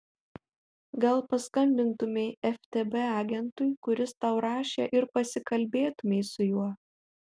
gal paskambintumei ftb agentui kuris tau rašė ir pasikalbėtumei su juo